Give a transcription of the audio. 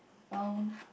found